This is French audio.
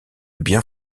bien